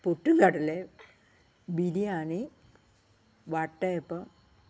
പുട്ടും കടലയും ബിരിയാണി വട്ടയപ്പം